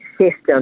system